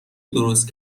درست